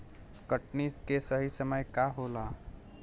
कटनी के सही समय का होला?